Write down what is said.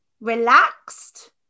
relaxed